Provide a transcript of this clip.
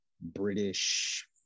British